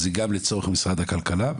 אז זה גם לצורך משרד הכלכלה,